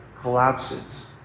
collapses